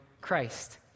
Christ